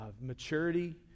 maturity